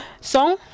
Song